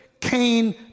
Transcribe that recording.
Cain